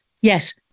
yes